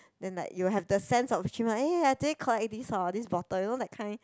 then like you will have the sense of achievement eh I today collect this hor this bottle you know that kind